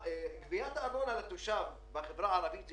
הרשויות האלה ברובן מתבססות על העברות ממשלה.